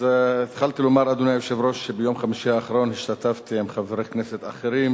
אז התחלתי לומר שביום חמישי האחרון השתתפתי עם חברי כנסת אחרים